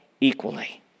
equally